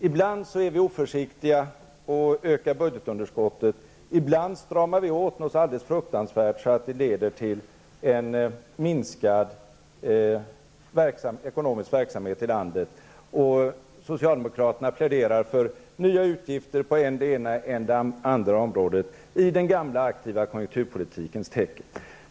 Ibland är vi oförsiktiga och ökar budgetunderskottet. Ibland stramar vi åt något alldeles fruktansvärt, så att det leder till en minskad ekonomisk verksamhet i landet. Socialdemokraterna pläderar för nya utgifter på än det ena än det andra området i den gamla aktiva konjunkturpolitikens tecken.